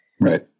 Right